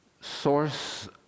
source